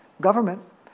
government